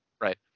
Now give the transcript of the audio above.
Right